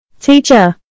Teacher